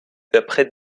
d’après